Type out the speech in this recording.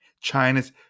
China's